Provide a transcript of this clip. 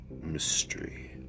mystery